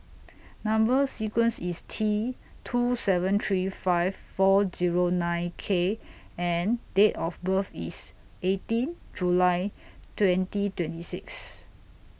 Number sequence IS T two seven three five four Zero nine K and Date of birth IS eighteen July twenty twenty six